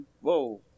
Whoa